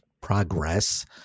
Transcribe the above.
progress